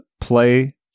play